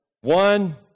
One